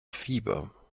fieber